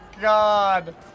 God